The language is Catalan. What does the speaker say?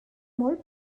molt